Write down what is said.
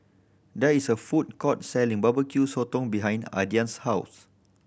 there is a food court selling Barbecue Sotong behind Aidan's house